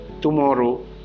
tomorrow